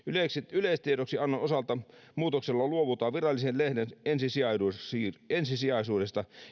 yleistiedoksiannon osalta muutoksella luovutaan virallisen lehden ensisijaisuudesta